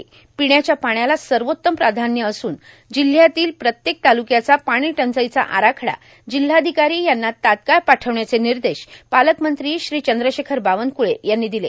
र्पिण्याच्या पाण्याला सर्वात्तम प्राधान्य असून जिल्ह्यातील प्रत्येक तालुक्याचा पाणी टंचाईचा आराखडा तात्काळ जिल्हाधिकारो यांना पार्ठावण्याचे र्णनदश पालकमंत्री चंद्रशेखर बावनकुळे यांनी ादले